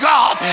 God